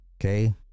okay